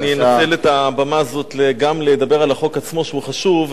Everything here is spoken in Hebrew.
אני אנצל את הבמה הזאת גם לדבר על החוק עצמו שהוא חשוב,